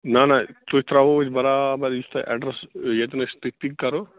نہَ نہَ تُہۍ ترٛاہو أسۍ برابر یُس تۄہہِ ایڈرس ییٚتن أسۍ تُہۍ پِک کَرو